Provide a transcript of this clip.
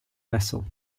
vessel